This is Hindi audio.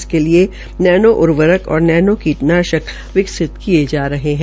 इसके नैनो उर्वरक और नैनो कीटनाशक विकसित किये जा रहे है